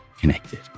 connected